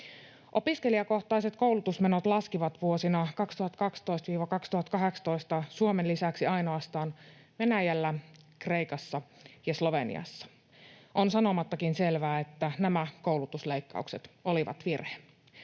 Opiskelijakohtaiset koulutusmenot laskivat vuosina 2012—2018 Suomen lisäksi ainoastaan Venäjällä, Kreikassa ja Sloveniassa. On sanomattakin selvää, että nämä koulutusleikkaukset olivat virhe.